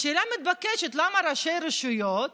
השאלה המתבקשת: למה ראשי רשויות